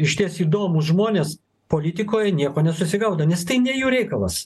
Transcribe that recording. išties įdomūs žmonės politikoj nieko nesusigaudo nes tai ne jų reikalas